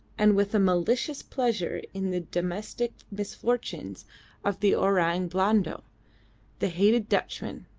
and with a malicious pleasure in the domestic misfortunes of the orang blando the hated dutchman.